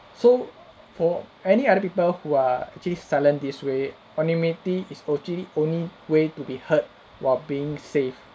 so for any other people who are actually silenced this way anonymity is actually only way to be heard while being safe